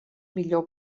millor